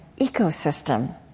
ecosystem